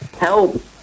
Help